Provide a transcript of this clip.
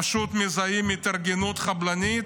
פשוט מזהים התארגנות חבלנית,